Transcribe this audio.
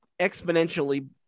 exponentially